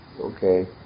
okay